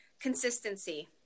Consistency